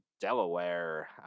Delaware